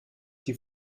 die